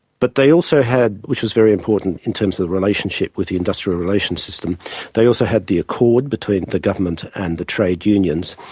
but they also had which is very important in terms of the relationship with the industrial relations system they also had the accord between the government and the trade unions.